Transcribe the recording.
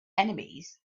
enemies